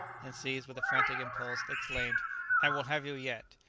and, seized with a frantic impulse, exclaimed i will have you yet!